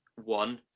one